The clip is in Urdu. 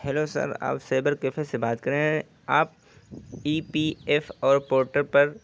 ہیلو سر آپ سائبر کیفے سے بات کر رہیں آپ E P F O portal پر